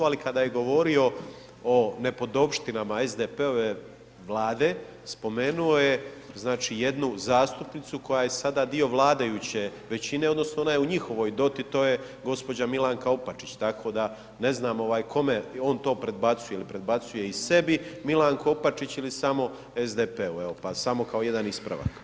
Ali kada je govorio o nepodopštinama SDP-ove Vlade, spomenuo je jednu zastupnicu, koja je sada dio vladajuće većine, odnosno, ona je u njihovoj doti, to je gđa. Milanka Opačić, tako da ne znam kome on to prebacuje, prebacuje i sebi Milanku Opačić ili samo SDP-u, evo, pa samo kao jedan ispravak.